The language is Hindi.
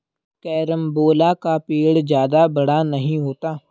कैरमबोला का पेड़ जादा बड़ा नहीं होता